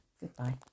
Goodbye